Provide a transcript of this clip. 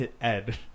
Ed